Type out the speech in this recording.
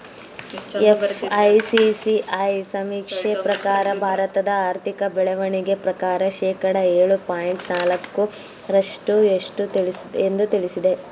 FICCI ಸಮೀಕ್ಷೆ ಪ್ರಕಾರ ಭಾರತದ ಆರ್ಥಿಕ ಬೆಳವಣಿಗೆ ಪ್ರಕಾರ ಶೇಕಡ ಏಳು ಪಾಯಿಂಟ್ ನಾಲಕ್ಕು ರಷ್ಟು ಎಂದು ತಿಳಿಸಿದೆ